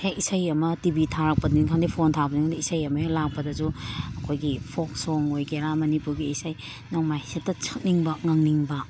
ꯍꯦꯛ ꯏꯁꯩ ꯑꯃ ꯇꯤ ꯚꯤ ꯊꯥꯔꯛꯄꯅꯤ ꯈꯪꯗꯦ ꯐꯣꯟ ꯊꯥꯕꯅꯤ ꯈꯪꯗꯦ ꯏꯁꯩ ꯑꯃ ꯍꯦꯛ ꯂꯥꯛꯄꯗꯁꯨ ꯑꯩꯈꯣꯏꯒꯤ ꯐꯣꯛ ꯁꯣꯡ ꯑꯣꯏꯒꯦꯔꯥ ꯃꯅꯤꯄꯨꯔꯒꯤ ꯏꯁꯩ ꯅꯣꯡꯃꯥꯏꯁꯦ ꯍꯦꯛꯇ ꯁꯛꯅꯤꯡꯕ ꯉꯪꯅꯤꯡꯕ